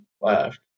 left